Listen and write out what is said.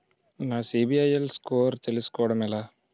నా సిబిఐఎల్ స్కోర్ చుస్కోవడం ఎలా?